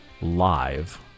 live